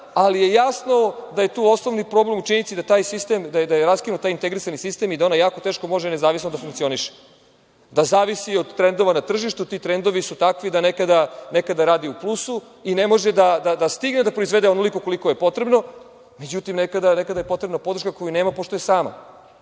ali je jasno da je tu osnovni problem u činjenici da je raskinut taj integrisani sistem i da ona jako teško može nezavisno da funkcioniše, da zavisi od trendova na tržištu. Ti trendovi su takvi da nekada radi u plusu i ne može da stigne da proizvede onoliko koliko je poterbno. Međutim, nekada je potrebna podrška koju nema, pošto je sama. Želeo